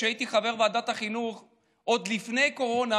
כשהייתי חבר ועדת החינוך עוד לפני הקורונה,